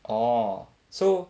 orh so